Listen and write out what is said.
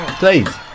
please